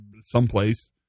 someplace